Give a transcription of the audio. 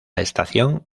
estación